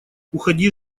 уходи